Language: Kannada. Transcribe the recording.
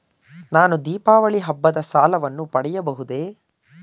ನಾನು ದೀಪಾವಳಿ ಹಬ್ಬದ ಸಾಲವನ್ನು ಪಡೆಯಬಹುದೇ?